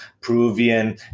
Peruvian